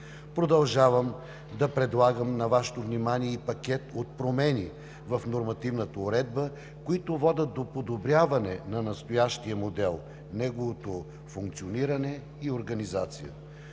Продължавам да предлагам на Вашето внимание и пакет от промени в нормативната уредба, които водят до подобряване на настоящия модел, неговото функциониране и организация.